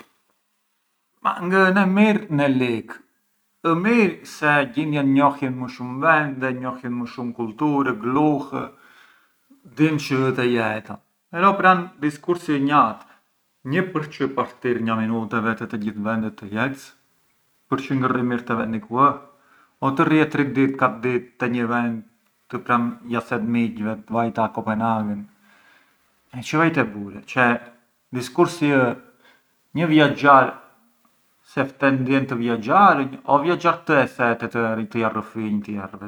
Ma ngë ë ne mirë ne likë, ë mirë se gjindet njohjën më shumë vende, njohjën më shumë kulturi, gluhë, dinë çë ë te jeta, però pran diskursi ë njatr, një përçë pran partir nga minut e vete te gjithë vendet të jetës? Përçë ngë rri mirë te vendi ku ë o të rrie tri ditë katër ditë te një vend të pran ja thet miqëvet, vajta a Copenhagen, çë vajte bure, cioè, diskursi ë: një viaxhar se ftet ndien të vjaxharënj, o vjaxhar të e thet e të ja rrëfienj tjervet?